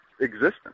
existence